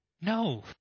No